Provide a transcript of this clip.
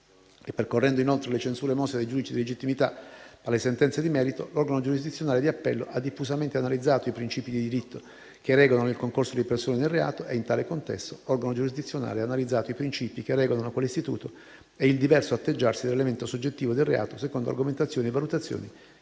Ripercorrendo, inoltre, le censure mosse dai giudici di legittimità alle sentenze di merito, l'organo giurisdizionale di appello ha diffusamente analizzato i principi di diritto che regolano il concorso di persone nel reato e, in tale contesto, l'organo giurisdizionale ha analizzato i principi che regolano quell'istituto e il diverso atteggiarsi dell'elemento soggettivo del reato, secondo argomentazioni e valutazioni